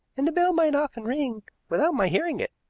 and the bell might often ring without my hearing it.